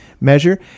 measure